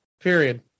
period